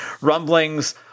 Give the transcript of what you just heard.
Rumblings